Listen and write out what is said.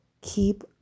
keep